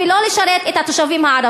ולא לשרת את התושבים הערבים.